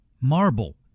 marble